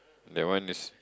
that one is